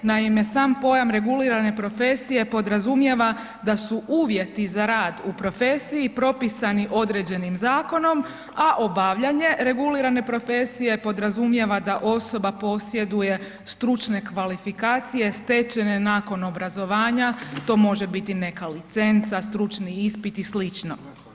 Naime, sam pojam regulirane profesije podrazumijeva da su uvjeti za rad u profesiji propisani određenim zakonom, a obavljanje regulirane profesije podrazumijeva da osoba posjeduje stručne kvalifikacije stečene nakon obrazovanja, to može biti neka licenca, stručni ispit i slično.